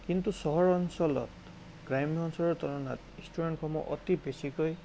কিন্তু চহৰ অঞ্চলত গ্ৰাম্য অঞ্চলৰ তুলনাত ইষ্টুডেণ্টসমূহ অতি বেছিকৈ